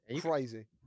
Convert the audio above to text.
crazy